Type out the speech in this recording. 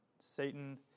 Satan